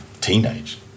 teenage